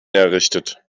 errichtet